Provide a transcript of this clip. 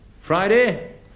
Friday